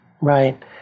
right